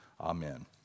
Amen